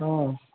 हँ